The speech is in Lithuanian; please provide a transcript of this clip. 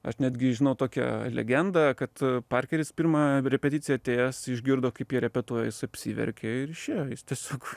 aš netgi žinau tokią legendą kad parkeris pirmą repeticiją atėjęs išgirdo kaip jie repetuoja jis apsiverkė ir išėjo tiesiog